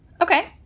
Okay